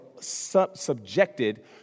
subjected